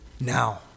now